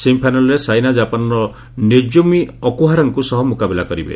ସେମିଫାଇନାଲ୍ରେ ସାଇନା କ୍ରାପାନର ନୋକୋମି ଓକ୍ହାରାଙ୍କ ସହ ମୁକାବିଲା କରିବେ